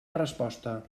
resposta